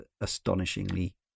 astonishingly